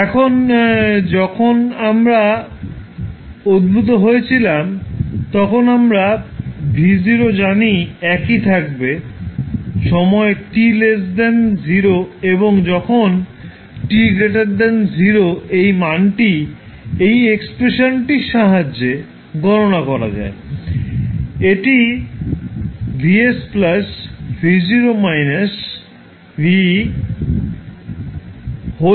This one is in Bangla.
এখন যখন আমরা উদ্ভূত হয়েছিলাম তখন আমরা V0 জানি একই থাকবে সময় t 0 এবং যখন সময় t 0 এই মানটি এই এক্সপ্রেশনটির সাহায্যে গণনা করা যায়